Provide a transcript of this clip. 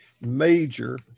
major